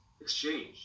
exchange